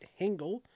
hingle